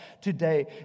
today